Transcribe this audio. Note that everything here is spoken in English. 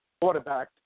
quarterback